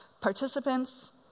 Participants